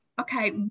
okay